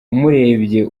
umurebye